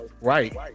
right